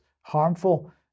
harmful